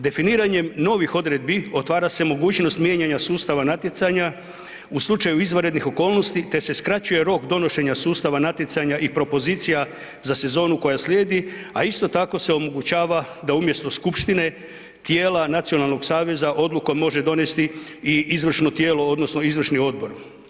Definiranjem novih odredbi, otvara se mogućnost mijenjanja sustava natjecanja u slučaju izvanrednih okolnosti te se skraćuje rok donošenja sustava natjecanja i propozicija za sezonu koja slijedi, a isto tako se omogućava da umjesto skupštine, tijela Nacionalnog saveza odlukom može donijeti i izvršno tijelo, odnosno izvršni odbor.